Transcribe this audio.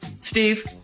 Steve